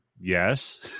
Yes